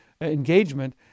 engagement